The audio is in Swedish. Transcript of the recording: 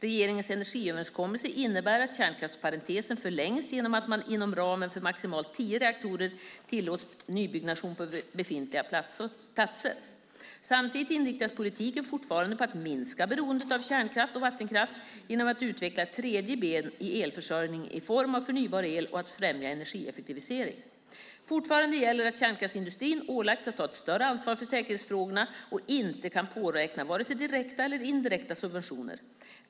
Regeringens energiöverenskommelse innebär att kärnkraftsparentesen förlängs genom att inom ramen för maximalt tio reaktorer tillåta nybyggnation på befintliga platser. Samtidigt inriktas politiken fortfarande på att minska beroendet av kärnkraft och vattenkraft genom att utveckla ett tredje ben i elförsörjningen i form av ny förnybar el och på att främja energieffektivisering. Fortfarande gäller att kärnkraftsindustrin ålagts att ta ett större ansvar för säkerhetsfrågorna och inte kan påräkna vare sig direkta eller indirekta subventioner.